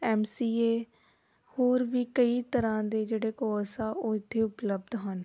M C A ਹੋਰ ਵੀ ਕਈ ਤਰ੍ਹਾਂ ਦੇ ਜਿਹੜੇ ਕੋਰਸ ਆ ਉਹ ਇੱਥੇ ਉਪਲਬਧ ਹਨ